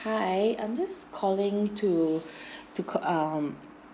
hi I'm just calling to to call um